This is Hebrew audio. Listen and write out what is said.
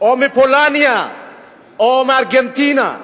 או מפולניה או מארגנטינה,